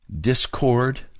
Discord